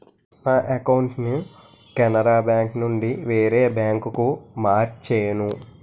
నా అకౌంటును కెనరా బేంకునుండి వేరే బాంకుకు మార్చేను